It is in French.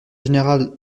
général